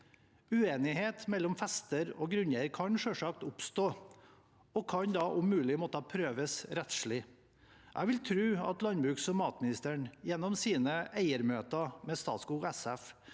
Uenighet mellom fester og grunneier kan selvsagt oppstå, og kan da om mulig måtte prøves rettslig. Jeg vil tro at landbruks- og matministeren gjennom sine eiermøter med Statskog SF